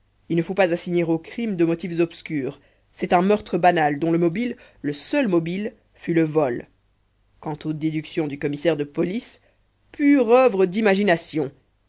il ne faut pas assigner au crime de motifs obscurs c'est un meurtre banal dont le mobile le seul mobile fut le vol quant aux déductions du commissaire de police pure oeuvre d'imagination